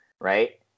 right